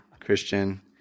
Christian